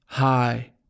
Hi